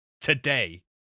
today